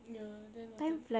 ya then after that